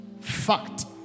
fact